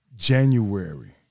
January